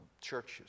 churches